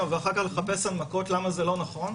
ואחר כך לחפש הנמקות למה זה לא נכון,